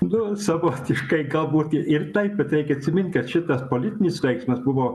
nu savotiškai galbūt ir taip bet reikia ir taip bet reikia atsimint kad šitas politinis veiksmas buvo